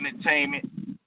Entertainment